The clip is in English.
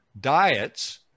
diets